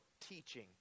teaching